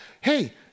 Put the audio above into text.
Hey